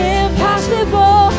impossible